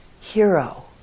hero